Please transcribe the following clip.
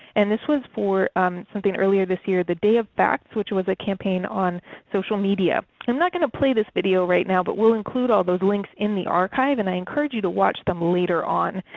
and this was for something earlier this year, the day of facts, which was a campaign on social media. i'm not going to play this video right now but we will include all those links in the archive, and i encourage you to watch them later on.